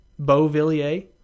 Beauvillier